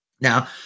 Now